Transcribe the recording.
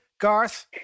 Garth